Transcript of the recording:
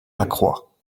lacroix